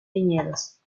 viñedos